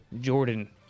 Jordan